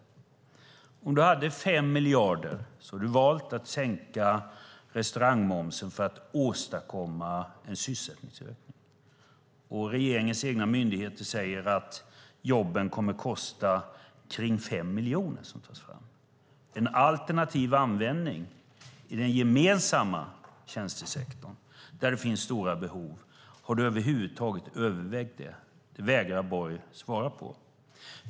När du har 5 miljarder har du valt att sänka restaurangmomsen för att åstadkomma en sysselsättningsökning. Regeringens egna myndigheter säger att jobben som tas fram kommer att kosta kring 5 miljoner. Har Anders Borg över huvud taget övervägt en alternativ användning i den gemensamma tjänstesektorn där det finns stora behov? Det vägrar Borg att svara på.